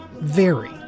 vary